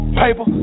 paper